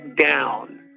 down